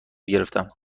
گرفتم